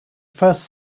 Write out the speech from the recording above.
first